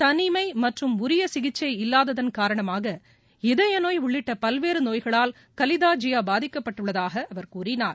தனிமை மற்றும் உரிய சிகிச்சை இல்லாததன் காரணமாக இதயநோய் உள்ளிட்ட பல்வேறு நோய்களால் கலிதா ஜியா பாதிக்கப்பட்டுள்ளதாக அவர் கூறினார்